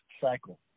cycle